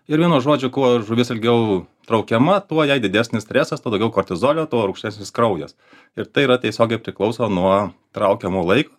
ir vienu žodžiu kuo žuvis ilgiau traukiama tuo jai didesnis stresas tuo daugiau kortizolio tuo rūgštesnis kraujas ir tai yra tiesiogiai priklauso nuo traukiamo laiko